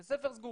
בתי ספר סגורים,